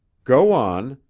go on,